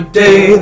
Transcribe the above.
day